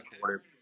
quarter